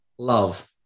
Love